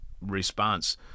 response